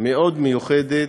מאוד מיוחדת,